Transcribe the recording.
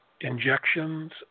injections